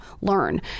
learn